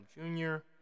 Junior